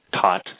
taught